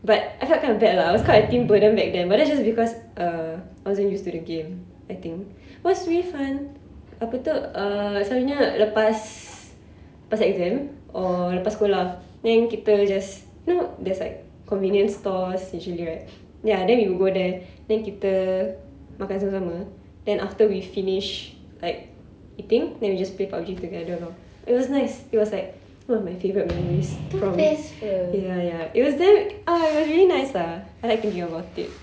but I felt kind of bad lah I was quite a team burden back then but that's just because uh I wasn't used to the game I think but it was really fun apa tu uh selalunya selepas exam or selepas sekolah then kita just you know there's like convenience stores usually right ya then we would go there then kita makan sama-sama then after we finish like eating then we just play PUBG together lor it was nice it was like one of my favourite memories from ya ya it was damn ah it was really nice lah I like thinking about it